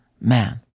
man